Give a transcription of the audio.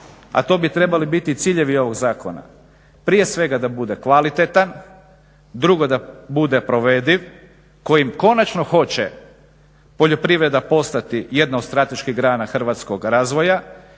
a to bi trebali biti ciljevi ovoga zakona. Prije svega da bude kvalitetan, drugo da bude provediv kojim konačno hoće poljoprivreda postati jedna od strateških grana hrvatskog razvoja